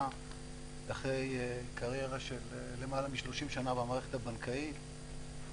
אחרי קריירה של למעלה מ-30 שנה במערכת הבנקאית,